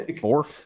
Fourth